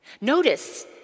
Notice